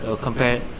compared